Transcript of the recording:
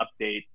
update